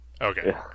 Okay